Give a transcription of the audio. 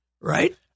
right